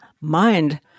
mind